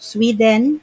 Sweden